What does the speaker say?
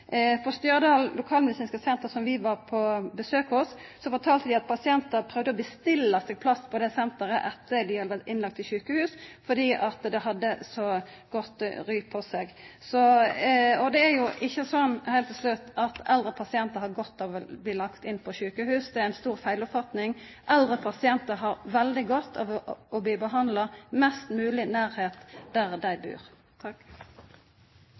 På Stjørdal lokalmedisinske senter, som vi var på besøk hos, fortalte dei at pasientar prøvde å bestilla plass på det senteret etter at dei hadde vore innlagde i sjukehus, fordi det hadde så godt ry på seg. Heilt til slutt: Det er jo ikkje sånn at eldre pasientar har godt av å bli innlagde på sjukehus. Det er ei stor feiloppfatning. Eldre pasientar har veldig godt av å bli behandla mest mogleg i nærleiken av der dei bur.